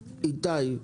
איתי,